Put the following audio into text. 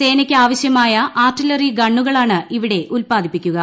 സേനയ്ക്ക് ആവശ്യമായ ആർട്ടിലറി ഗണ്ണുകളാണ് ഈ ഇവിടെ ഉൽപാദിപ്പിക്കുക